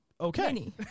Okay